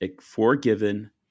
forgiven